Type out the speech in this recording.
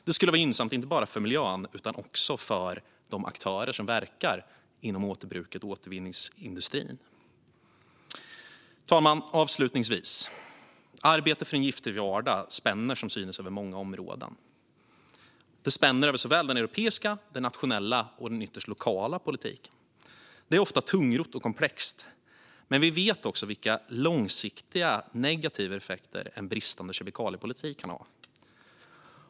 Det skulle vara gynnsamt för inte bara miljön utan också de aktörer som verkar inom återbruket och återvinningsindustrin. Fru talman! Avslutningsvis: Arbetet för en giftfri vardag spänner som synes över många områden, såväl den europeiska som den nationella och den ytterst lokala politiken. Det är ofta tungrott och komplext. Men vi vet vilka långsiktiga negativa effekter bristande kemikaliepolitik kan få.